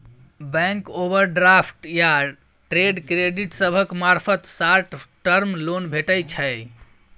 bank overdraft या trade credit सभक मार्फत शॉर्ट टर्म लोन भेटइ छै